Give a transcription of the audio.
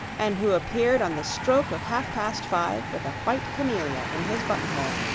and who appeared on the stroke of half-past five with a white camellia in his buttonhole.